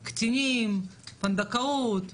זה קיים וזה מציאות.